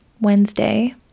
Wednesday